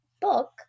book